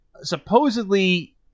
supposedly